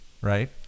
right